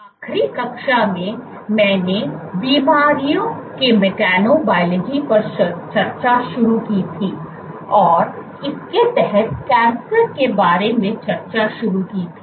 आखिरी कक्षा में मैंने बीमारियों के मैकेबोलॉजी पर चर्चा शुरू की थी और इसके तहत कैंसर के बारे में चर्चा शुरू की थी